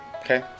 okay